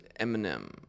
Eminem